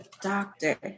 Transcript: doctor